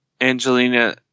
Angelina